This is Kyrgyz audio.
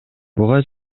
буга